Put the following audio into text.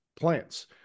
plants